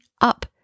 up